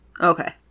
Okay